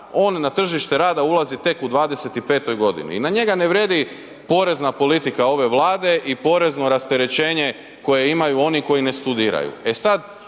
on na tržište rada ulazi tek u 25-toj godini i na njega ne vrijedi porezna politika ove Vlade i porezno rasterećenje koje imaju oni koji ne studiraju.